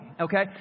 Okay